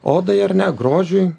odai ar ne grožiui